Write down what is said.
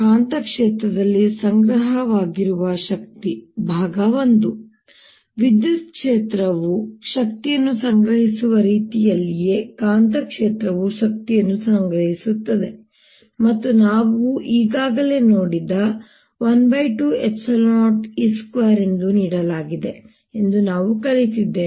ಕಾಂತಕ್ಷೇತ್ರದಲ್ಲಿ ಸಂಗ್ರಹವಾಗಿರುವ ಶಕ್ತಿ I ವಿದ್ಯುತ್ ಕ್ಷೇತ್ರವು ಶಕ್ತಿಯನ್ನು ಸಂಗ್ರಹಿಸುವ ರೀತಿಯಲ್ಲಿಯೇ ಕಾಂತಕ್ಷೇತ್ರವು ಶಕ್ತಿಯನ್ನು ಸಂಗ್ರಹಿಸುತ್ತದೆ ಮತ್ತು ನಾವು ಈಗಾಗಲೇ ನೋಡಿದ 120E2 ಎಂದು ನೀಡಲಾಗಿದೆ ಎಂದು ನಾವು ಕಲಿತಿದ್ದೇವೆ